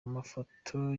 amafoto